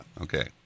Okay